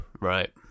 Right